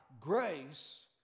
grace